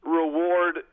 reward